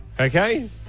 okay